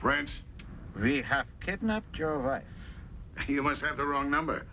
france has kidnapped you're right you must have the wrong number